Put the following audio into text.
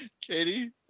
Katie